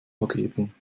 vergebung